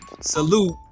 salute